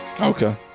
Okay